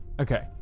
Okay